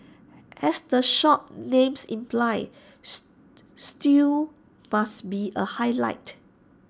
as the shop's names implies stew must be A highlight